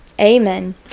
amen